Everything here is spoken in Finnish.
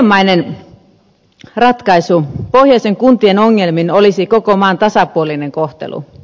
pohjimmainen ratkaisu pohjoisen kuntien ongelmiin olisi koko maan tasapuolinen kohtelu